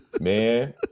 Man